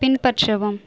பின்பற்றவும்